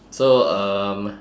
so um